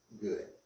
good